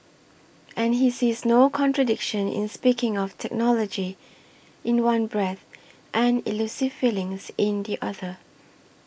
and he sees no contradiction in speaking of technology in one breath and elusive feelings in the other